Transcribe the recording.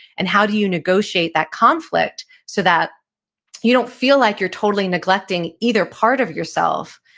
and how do you negotiate that conflict so that you don't feel like you're totally neglecting either part of yourself,